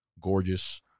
gorgeous